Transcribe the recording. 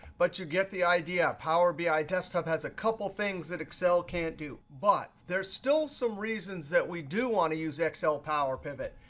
but you get the idea. power bi desktop has a couple things that excel can't do. but there's still some reasons that we do want to use excel power pivot.